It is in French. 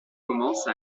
commence